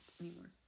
anymore